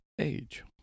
age